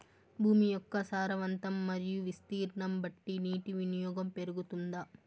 భూమి యొక్క సారవంతం మరియు విస్తీర్ణం బట్టి నీటి వినియోగం పెరుగుతుందా?